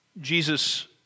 Jesus